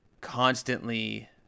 constantly